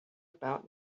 about